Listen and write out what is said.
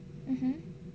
mmhmm